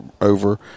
over